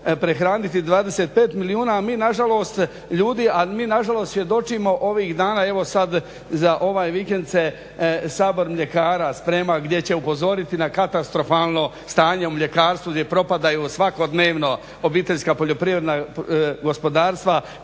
prehraniti 25 milijuna ljudi, a mi nažalost svjedočimo ovih dana, evo sad za ovaj vikend se sabor mljekara sprema gdje će upozoriti na katastrofalno stanje u mljekarstvu gdje propadaju svakodnevno OPG koja proizvode mlijeko.